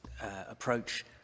approach